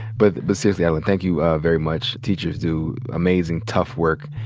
but but seriously, adeline, thank you ah very much. teachers do amazing, tough work.